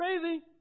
Crazy